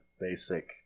basic